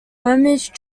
homage